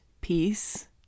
peace